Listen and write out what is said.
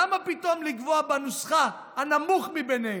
למה פתאום לקבוע בנוסחה "הנמוך מביניהם"?